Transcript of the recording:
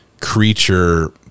creature